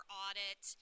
audit